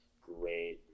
great